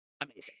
amazing